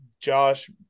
Josh